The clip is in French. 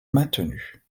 maintenu